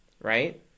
right